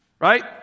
right